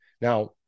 Now